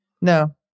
No